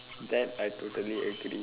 that I totally agree